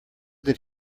did